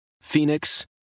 Phoenix